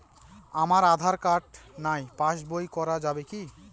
আমার আঁধার কার্ড নাই পাস বই করা যাবে কি?